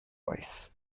ice